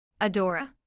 Adora